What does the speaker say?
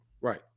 Right